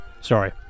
Sorry